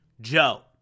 Joe